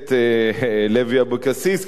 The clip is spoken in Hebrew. הכנסת לוי אבקסיס,